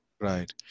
Right